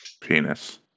Penis